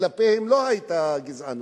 כלפיהם לא היתה גזענות.